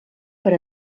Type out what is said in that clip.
per